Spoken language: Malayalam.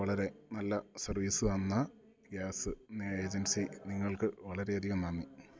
വളരെ നല്ല സർവ്വീസ് തന്ന ഗ്യാസ് ഏജൻസി നിങ്ങൾക്ക് വളരെ അധികം നന്ദി